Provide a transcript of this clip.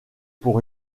pour